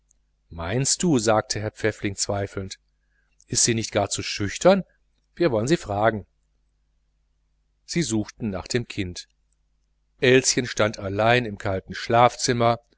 meinst du sagte herr pfäffling zweifelnd ist sie nicht zu schüchtern wir wollen sie fragen sie suchten nach dem kind elschen stand allein im kalten schlafzimmer